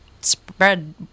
spread